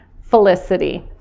Felicity